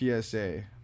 psa